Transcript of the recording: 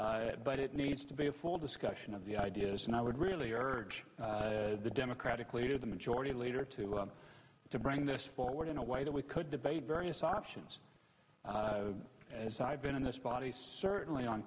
but it needs to be a full discussion of the ideas and i would really urge the democratic leader the majority leader to to bring this forward in a way that we could debate various options as i've been in this body certainly on